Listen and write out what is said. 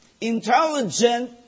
intelligent